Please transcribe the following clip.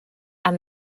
and